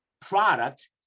product